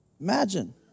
Imagine